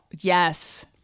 yes